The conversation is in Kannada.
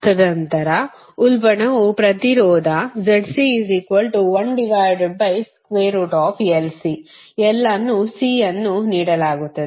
ತದನಂತರ ಉಲ್ಬಣವು ಪ್ರತಿರೋಧ L ಅನ್ನು C ಅನ್ನು ನೀಡಲಾಗುತ್ತದೆ